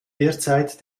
derzeit